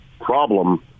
problem